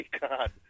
God